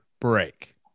break